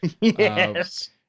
Yes